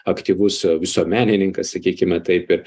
aktyvus visuomenininkas sakykime taip